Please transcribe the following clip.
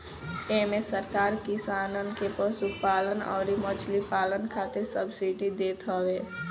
इमे सरकार किसानन के पशुपालन अउरी मछरी पालन खातिर सब्सिडी देत हवे